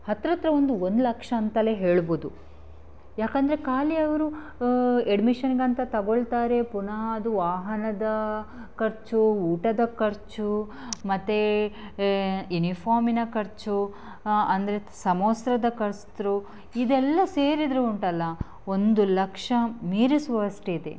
ಹತ್ರ ಹತ್ರ ಒಂದು ಒಂದು ಲಕ್ಷ ಅಂತಲೇ ಹೇಳ್ಬೋದು ಯಾಕಂದರೆ ಖಾಲಿ ಅವರು ಎಡ್ಮಿಶನ್ಗಂತ ತಗೋಳ್ತಾರೆ ಪುನಃ ಅದು ವಾಹನದ ಖರ್ಚು ಊಟದ ಖರ್ಚು ಮತ್ತೆ ಯುನಿಫಾರ್ಮಿನ ಖರ್ಚು ಅಂದರೆ ಸಮವಸ್ತ್ರದ ಕಸ್ತ್ರು ಇದೆಲ್ಲ ಸೇರಿದರೆ ಉಂಟಲ್ಲ ಒಂದು ಲಕ್ಷ ಮೀರಿಸುವಷ್ಟಿದೆ